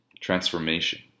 transformation